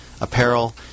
apparel